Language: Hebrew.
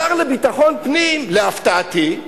השר לביטחון פנים, להפתעתי,